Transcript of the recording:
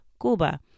Cuba